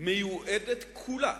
מיועדת כולה,